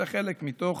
זה חלק מתוך